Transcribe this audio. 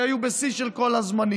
שהיו בשיא של כל הזמנים,